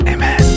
Amen